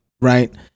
Right